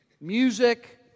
music